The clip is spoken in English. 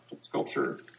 sculpture